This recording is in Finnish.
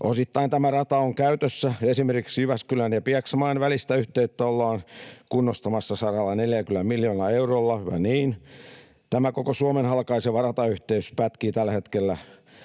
Osittain tämä rata on käytössä. Esimerkiksi Jyväskylän ja Pieksämäen välistä yhteyttä ollaan kunnostamassa 140 miljoonalla eurolla, hyvä niin. Tämä koko Suomen halkaiseva ratayhteys pätkii tällä hetkellä